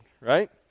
right